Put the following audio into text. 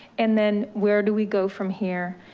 and then where do we go from here?